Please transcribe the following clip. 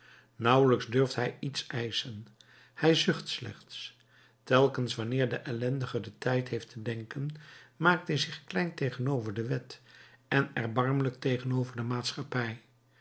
nauwelijks durft hij iets eischen hij zucht slechts telkens wanneer de ellendige den tijd heeft te denken maakt hij zich klein tegenover de wet en erbarmelijk tegenover de maatschappij